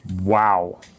Wow